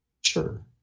Sure